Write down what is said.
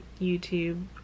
youtube